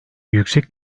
yüksek